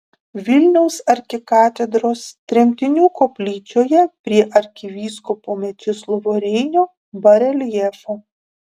vilniaus arkikatedros tremtinių koplyčioje prie arkivyskupo mečislovo reinio bareljefo